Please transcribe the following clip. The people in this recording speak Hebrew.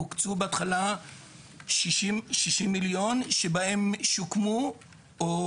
הוקצו בהתחלה 60,000,000 שבהם שוקמו או